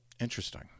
Interesting